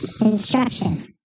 instruction